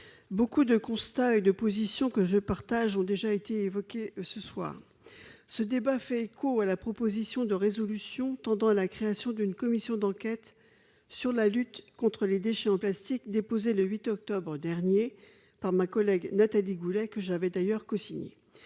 beaucoup de constats et de positions que je partage, ont déjà été évoqués ce soir ce débat fait écho à la proposition de résolution tendant à la création d'une commission d'enquête sur la lutte contre les déchets en plastique déposé le 8 octobre dernier par ma collègue Nathalie Goulet que j'avais d'ailleurs cosigné